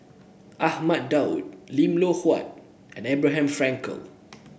Ahmad Daud Lim Loh Huat and Abraham Frankel